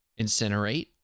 incinerate